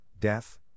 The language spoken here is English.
death